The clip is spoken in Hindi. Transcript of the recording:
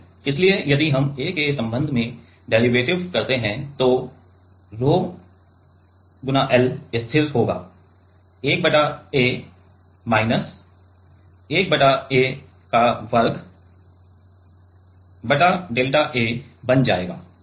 इसलिए यदि हम A के संबंध में डेरीवेटिव करते हैं तो रोह 𝛒 L स्थिर होगा 1 बटा A माइनस 1 बटा A वर्ग बटा डेल्टा A बन जाएगा